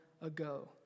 ago